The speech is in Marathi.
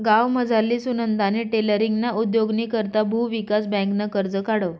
गावमझारली सुनंदानी टेलरींगना उद्योगनी करता भुविकास बँकनं कर्ज काढं